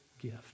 gift